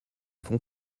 font